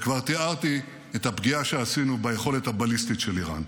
וכבר תיארתי את הפגיעה שעשינו ביכולת הבליסטית של איראן.